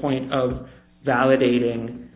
point of validating